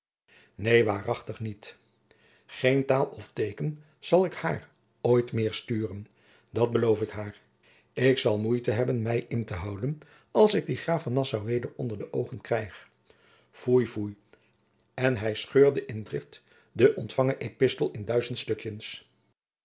neen waarachtig niet geen taal of teeken zal ik haar ooit meer sturen dat beloof ik haar ik zal moeite hebben mij in te houden als ik dien graaf van nassau weder onder de oogen krijg foei foei en hij scheurde in drift den ontfangen epistel in duizend stukjens